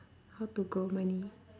how to grow money